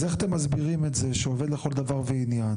אז איך אתם מסבירים את זה שעובד לכל דבר ועניין